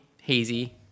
hazy